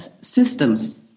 systems